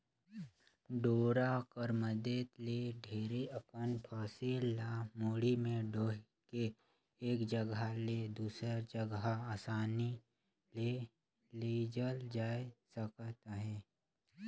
डोरा कर मदेत ले ढेरे अकन फसिल ल मुड़ी मे डोएह के एक जगहा ले दूसर जगहा असानी ले लेइजल जाए सकत अहे